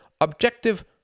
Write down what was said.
objective